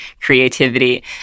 creativity